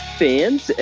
fans